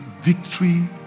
victory